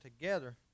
together